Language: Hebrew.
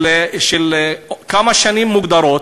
של כמה שנים מוגדרות,